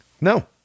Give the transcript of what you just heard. No